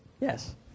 Yes